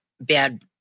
bad